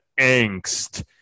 angst